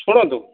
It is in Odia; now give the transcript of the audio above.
ଶୁଣନ୍ତୁ